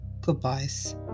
goodbyes